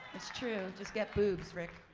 that's true. just get boobs, rick.